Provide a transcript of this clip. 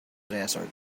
desert